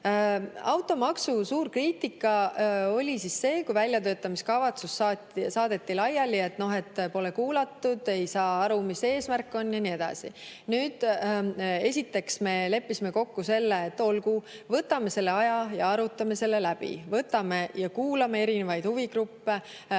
Automaksu suur kriitika oli see, kui väljatöötamiskavatsus saadeti laiali, et pole kuulatud, ei saa aru, mis eesmärk on, ja nii edasi. Esiteks, me leppisime kokku, et olgu, võtame selle aja ja arutame selle läbi. Võtame ja kuulame erinevaid huvigruppe,